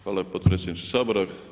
Hvala podpredsjedniče Sabora.